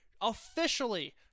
officially